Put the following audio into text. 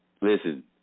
Listen